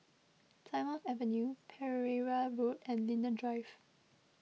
Plymouth Avenue Pereira Road and Linden Drive